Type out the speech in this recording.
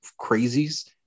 crazies